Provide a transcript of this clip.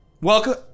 welcome